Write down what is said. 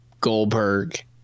Goldberg